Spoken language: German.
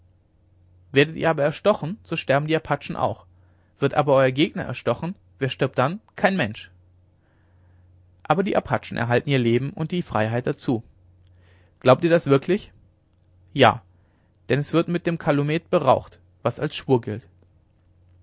werdet ihr erstochen so sterben die apachen auch wird aber euer gegner erstochen wer stirbt dann kein mensch aber die apachen erhalten ihr leben und die freiheit dazu glaubt ihr das wirklich ja denn es wird mit dem kalumet beraucht was als schwur gilt